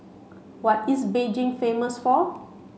what is Beijing famous for